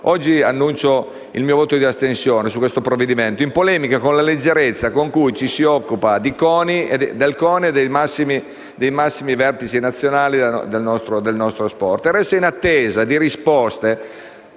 oggi annuncio il mio voto di astensione su questo provvedimento, in polemica con la leggerezza con cui ci si occupa del CONI e dei massimi vertici nazionali del nostro sport. Resto in attesa di risposte